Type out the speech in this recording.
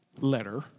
letter